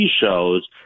shows